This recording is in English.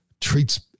treats